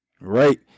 Right